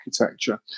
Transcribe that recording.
architecture